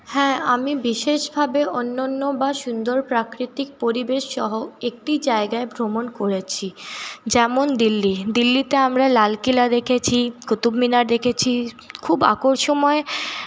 হ্যাঁ আমি বিশেষভাবে অনন্য বা সুন্দর প্রাকৃতিক পরিবেশসহ একটি জায়গায় ভ্রমণ করেছি যেমন দিল্লি দিল্লিতে আমরা লালকেল্লা দেখেছি কুতুবমিনার দেখেছি খুব আকর্ষণীয়